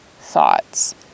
thoughts